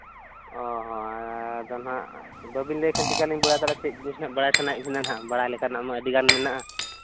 ᱚ ᱦᱚᱸ ᱟᱫᱚ ᱱᱟᱜ ᱵᱟᱹᱵᱤᱱ ᱞᱟᱹᱭ ᱠᱷᱟᱱ ᱪᱮᱠᱟᱞᱤᱧ ᱵᱟᱲᱟᱭ ᱫᱟᱲᱮᱭᱟᱜᱼᱟ ᱪᱮᱫ ᱡᱤᱱᱤᱥ ᱱᱟᱜ ᱵᱟᱲᱟᱭ ᱥᱟᱱᱟᱭᱮᱫ ᱵᱮᱱᱟ ᱱᱟᱜ ᱵᱟᱲᱟᱭ ᱞᱮᱠᱟᱱᱟᱜ ᱢᱟ ᱟᱹᱰᱤᱜᱟᱱ ᱢᱮᱱᱟᱜᱼᱟ